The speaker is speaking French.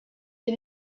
des